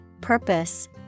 purpose